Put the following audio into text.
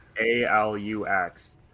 A-L-U-X